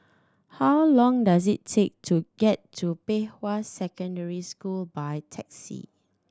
how long does it take to get to Pei Hwa Secondary School by taxi